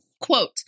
Quote